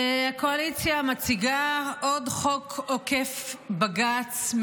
הקואליציה מציגה עוד חוק עוקף בג"ץ,